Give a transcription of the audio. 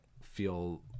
feel